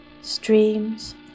streams